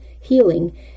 healing